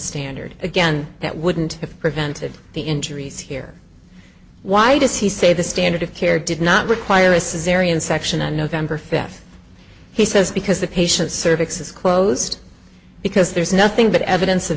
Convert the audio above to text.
standard again that wouldn't have prevented the injuries here why does he say the standard of care did not require a syrian section on november fifth he says because the patient cervix is closed because there's nothing but evidence of